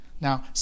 Now